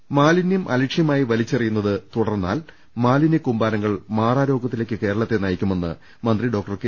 ്് മാലിന്യം അലക്ഷ്യമായി വലിച്ചെറിയുന്നത് തുടർന്നാൽ മാലിന്യ ക്കൂമ്പാരങ്ങൾ മാറാരോഗത്തിലേക്ക് കേരളത്തെ നയിക്കുമെന്ന് മന്ത്രി ഡോക്ടർ കെ